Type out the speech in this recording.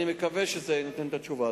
אני מקווה שזה נותן את התשובה.